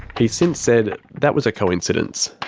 he's since said that was a coincidence.